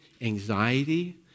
anxiety